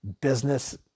business